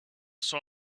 saw